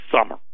summer